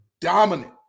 dominant